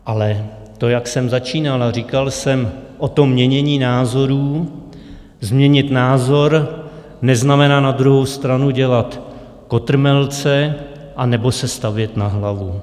Ale to, jak jsem začínal a říkal jsem o tom měnění názorů, změnit názor neznamená na druhou stranu dělat kotrmelce anebo se stavět na hlavu.